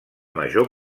major